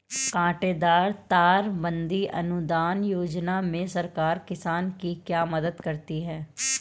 कांटेदार तार बंदी अनुदान योजना में सरकार किसान की क्या मदद करती है?